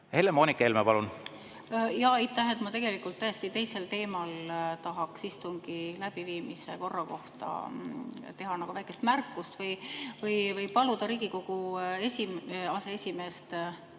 Helle-Moonika Helme, palun! Aitäh! Ma tegelikult täiesti teisel teemal tahaks istungi läbiviimise korra kohta teha väikese märkuse või paluda Riigikogu aseesimeest. Meil